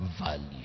value